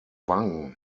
wang